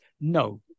No